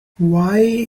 why